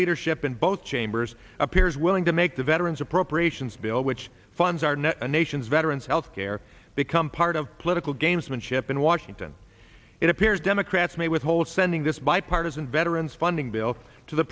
leadership in both chambers appears willing to make the veterans appropriations bill which funds are now a nation's veterans health care become part of political gamesmanship in washington it appears democrats may withhold sending this bipartisan veterans funding bill to the